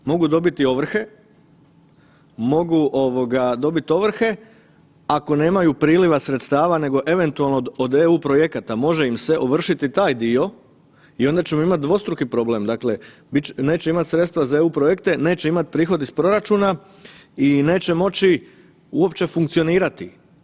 Mogu dobiti ovrhe, ako nemaju priliva sredstava nego eventualno od eu projekata može im se ovršiti taj dio i onda ćemo imati dvostruki problem, dakle neće imati sredstva za eu projekte, neće imat prihod iz proračuna i neće moći uopće funkcionirati.